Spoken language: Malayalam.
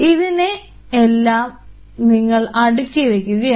ഇതിനെ എല്ലാം നിങ്ങൾ അടുക്കി വെക്കുകയാണ്